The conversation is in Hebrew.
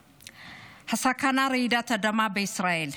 הסכנה: רעידת אדמה בישראל,